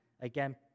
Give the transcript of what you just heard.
again